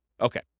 Okay